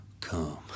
come